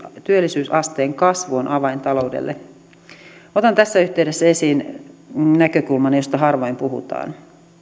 työllisyysasteen kasvu on avain taloudelle otan tässä yhteydessä esiin näkökulman josta harvoin puhutaan